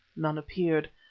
none appeared,